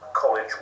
college